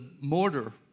mortar